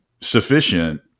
sufficient